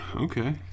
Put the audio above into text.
okay